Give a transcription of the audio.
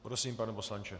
Prosím, pane poslanče.